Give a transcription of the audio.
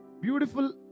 Beautiful